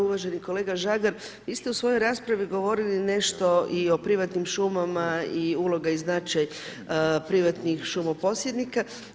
Uvaženi kolega Žagar, vi ste u svojoj raspravi govorili nešto i o privatnim šumama i uloga i značaj privatnih šumoposjednika.